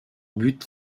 but